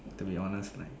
to be honest like